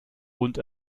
und